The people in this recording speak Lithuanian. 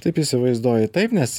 taip įsivaizduoju taip nes